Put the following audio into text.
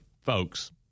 folks